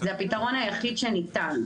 זה הפתרון היחיד שניתן.